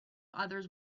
others